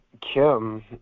kim